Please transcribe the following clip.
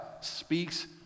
speaks